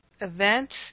events